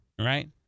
right